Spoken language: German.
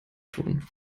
tun